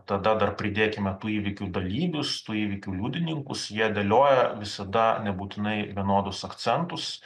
tada dar pridėkime tų įvykių dalyvius tų įvykių liudininkus jie dėlioja visada nebūtinai vienodus akcentus